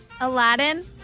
Aladdin